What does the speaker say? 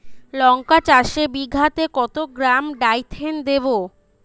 লঙ্কা চাষে বিঘাতে কত গ্রাম ডাইথেন দেবো?